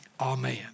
Amen